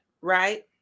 right